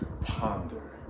Ponder